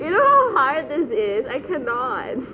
you know how hard this is I cannot